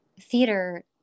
theater